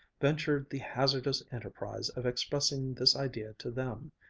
ventured the hazardous enterprise of expressing this idea to them.